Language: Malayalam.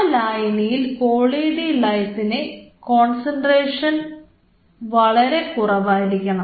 ആ ലായനിയിൽ പോളി ഡി ലൈസിന്റെ കോൺസെൻട്രേഷൻ വളരെ കുറവായിരിക്കും